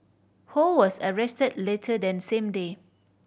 Ho was arrested later that same day